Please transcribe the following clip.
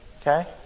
Okay